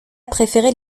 préférait